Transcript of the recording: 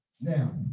Now